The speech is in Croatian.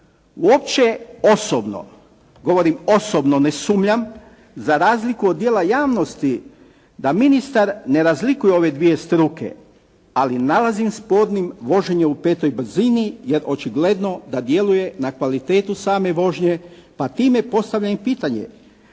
Uopće osobno, govorim osobno, ne sumnjam za razliku od dijela javnosti da ministar ne razlikuje ove dvije struke, ali nalazim spornim voženje u petoj brzini jer očigledno da djeluje na kvalitetu same vožnje pa time postavljam i pitanje: